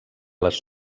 les